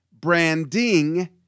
Branding